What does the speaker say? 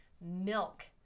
milk